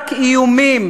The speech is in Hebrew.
רק איומים.